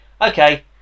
Okay